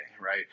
Right